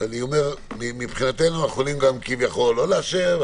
אני אומר שמבחינתנו אנחנו יכולים גם כביכול לא לאשר.